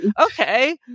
okay